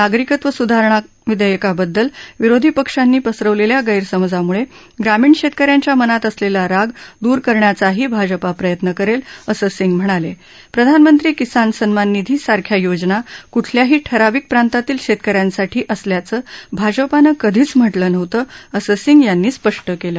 नागरिकत्व स्धारणा विधव्वकाबद्दल विरोधी पक्षांनी पसरवलक्ष्या गैरसमजाम्ळ ग्रामीण शव्वकऱ्यांच्या मनात असलक्षा राग दूर करण्याचाही भाजपा प्रयत्न करव्न असं सिंग म्हणाल प्रधानमंत्री किसान सन्मान निधी सारख्या योजना क्ठल्याही ठराविक प्रांतातील शप्रकऱ्यांसाठी असल्याचं भाजपानं कधीच म्ह लं नव्हतं असं सिंग यांनी स्पष्टा कालं